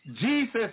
Jesus